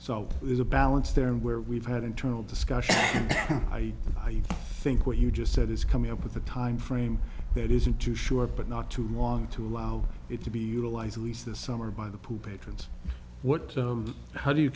so there's a balance there and where we've had internal discussion i think what you just said is coming up with a time frame that isn't too short but not too long to allow it to be utilized at least this summer by the pool patrons what how do you